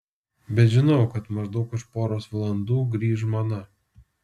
bet žinau kad maždaug už poros valandų grįš žmona